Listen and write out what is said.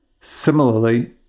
Similarly